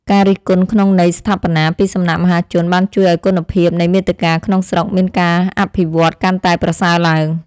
ការរិះគន់ក្នុងន័យស្ថាបនាពីសំណាក់មហាជនបានជួយឱ្យគុណភាពនៃមាតិកាក្នុងស្រុកមានការអភិវឌ្ឍកាន់តែប្រសើរឡើង។